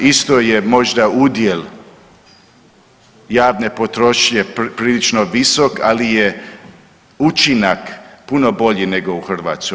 Isto je možda udjel javne potrošnje prilično visok, ali je učinak puno bolji nego u Hrvatskoj.